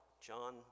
John